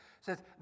says